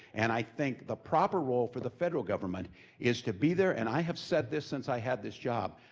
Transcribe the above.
and i think the proper role for the federal government is to be there, and i have said this since i had this job,